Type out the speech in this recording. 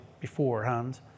beforehand